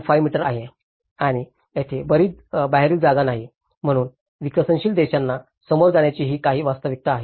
5 metre आहेत आणि तेथे बाहेरील जागा नाही म्हणून विकसनशील देशांना सामोरे जाण्याची ही काही वास्तविकता आहे